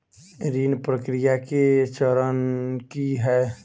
ऋण प्रक्रिया केँ चरण की है?